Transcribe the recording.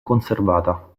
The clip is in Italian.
conservata